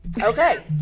Okay